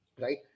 right